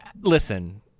Listen